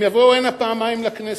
הם יבואו הנה פעמיים לכנסת.